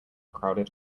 crowded